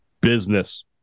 business